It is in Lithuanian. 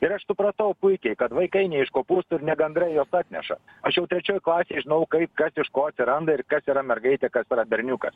ir aš supratau puikiai kad vaikai ne iš kopūstų ir ne gandrai juos atneša aš jau trečioj klasėj žinojau kaip kas iš ko atsiranda ir kas yra mergaitė kas yra berniukas